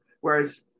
Whereas